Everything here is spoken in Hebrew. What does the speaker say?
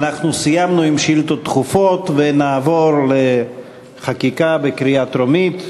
אנחנו סיימנו עם שאילתות דחופות ונעבור לחקיקה בקריאה טרומית.